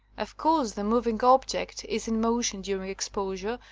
of course the moving object is in motion during exposure,